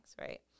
right